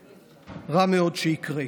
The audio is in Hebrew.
ורע מאוד שזה יקרה.